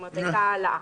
כלומר הייתה העלאה.